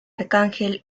arcángel